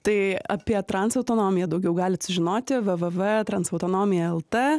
tai apie trans autonomiją daugiau galit sužinoti vė vė vė transautonomija eltė